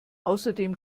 außerdem